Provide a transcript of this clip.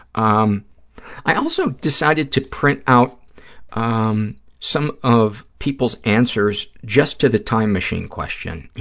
um i also decided to print out um some of people's answers just to the time machine question, you